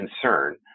concern